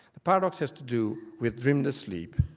the paradox has to do with dreamless sleep,